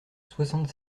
soixante